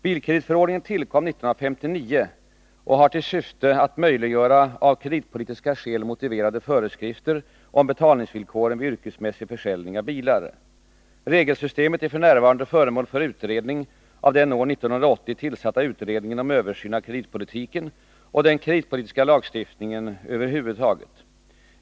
Bilkreditförordningen tillkom 1959 och har till syfte att möjliggöra av kreditpolitiska skäl motiverade föreskrifter om betalningsvillkoren vid yrkesmässig försäljning av bilar. Regelsystemet är f. n. föremål för utredning av den år 1980 tillsatta utredningen om översyn av kreditpolitiken och den kreditpolitiska lagstiftningen över huvud.